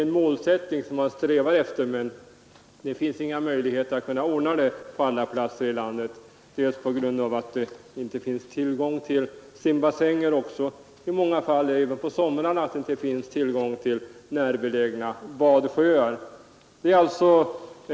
Den är ett mål som vi strävar efter att uppnå, men det är omöjligt att ordna den överallt — på många platser finns det inte tillgång till vare sig bassänger eller närbelägna badsjöar.